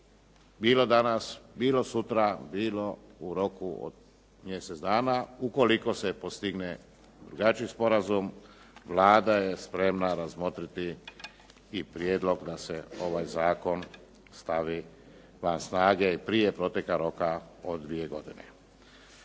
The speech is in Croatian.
bilo danas, bilo sutra, bilo u roku od mjesec dana. Ukoliko se postigne drugačiji sporazum, Vlada je spremna razmotriti i prijedlog da se ovaj zakon stavi van snage i prije proteka roka od dvije godine.